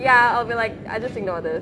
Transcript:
ya I'll be like I just ignore this